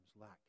lack